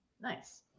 nice